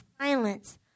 silence